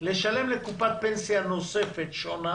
לשלם לקופת פנסיה נוספת שונה,